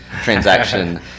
transaction